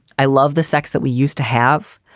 i love the sex that we used to have.